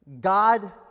God